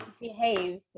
behave